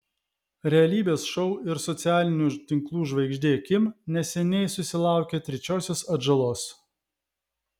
realybės šou ir socialinių tinklų žvaigždė kim neseniai susilaukė trečiosios atžalos